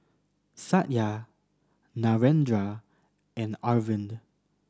Satya Narendra and Arvind